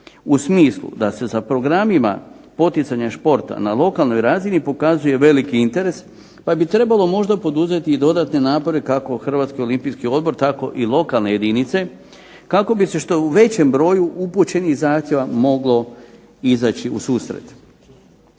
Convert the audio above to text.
u smislu da se za programima poticanja športa na lokalnoj razini pokazuje veliki interes pa bi možda trebalo poduzeti i dodatne napore kako Hrvatski olimpijski odbor tako i lokalne jedinice kako bi se u što većem broju upućenih zahtjeva moglo izaći u susret.